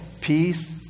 peace